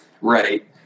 Right